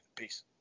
Peace